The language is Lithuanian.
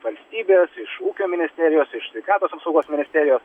valstybės iš ūkio ministerijos iš sveikatos apsaugos ministerijos